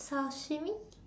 sashimi